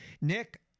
Nick